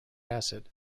acid